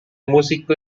músico